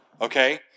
Okay